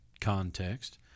context